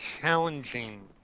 challenging